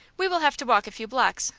we will have to walk a few blocks,